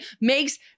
makes